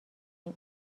این